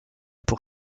pour